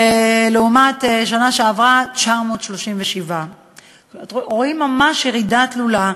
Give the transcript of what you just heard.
לעומת השנה שעברה, 937. רואים ממש ירידה תלולה.